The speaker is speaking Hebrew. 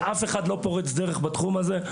ואף אחד לא פורץ דרך בתחום הזה,